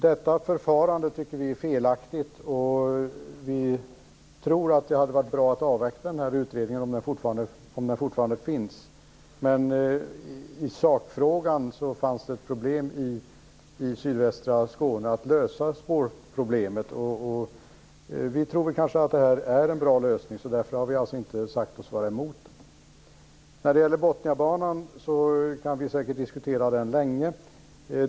Detta förfarande tycker vi är felaktigt. Vi tror att det hade varit bra att avvakta den här utredningen, om den fortfarande finns. I sakfrågan finns det ett problem i sydvästra Skåne när det gäller att lösa spårproblemet. Vi tror att det här kan vara en bra lösning, och därför har vi inte sagt oss vara emot. Botniabanan kan vi säkert diskutera länge.